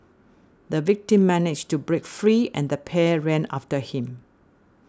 the victim managed to break free and the pair ran after him